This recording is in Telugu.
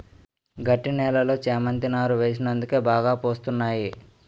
గట్టి నేలలో చేమంతి నారు వేసినందుకే బాగా పూస్తున్నాయి